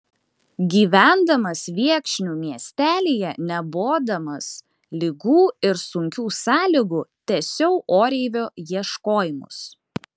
gyvendamas viekšnių miestelyje nebodamas ligų ir sunkių sąlygų tęsiau oreivio ieškojimus